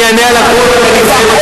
אני אענה על הכול, רק אני אסיים,